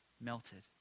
melted